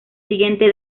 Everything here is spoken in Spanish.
siguiente